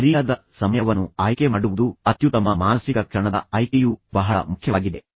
ಆದ್ದರಿಂದ ಸರಿಯಾದ ಸಮಯವನ್ನು ಆಯ್ಕೆ ಮಾಡುವುದು ಅತ್ಯುತ್ತಮ ಮಾನಸಿಕ ಕ್ಷಣದ ಆಯ್ಕೆಯೂ ಸಹ ಬಹಳ ಮುಖ್ಯವಾಗಿದೆ